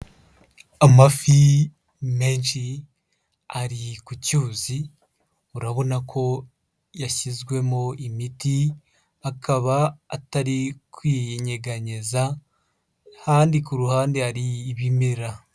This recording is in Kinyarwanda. Amafi menshi ari ku cyuzi urabona ko yashyizwemo imiti akaba atari kyeganyeza, ahandi ku ruhande hari ibimera.